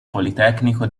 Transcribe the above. politecnico